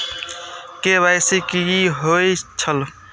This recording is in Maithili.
के.वाई.सी कि होई छल?